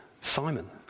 Simon